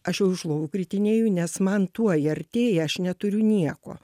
aš jau iš lovų kritinėju nes man tuoj artėja aš neturiu nieko